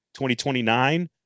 2029